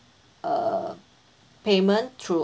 uh payment through